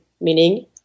meaning